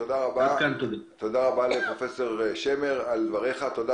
תודה רבה לפרופ' שמר על דבריו ותודה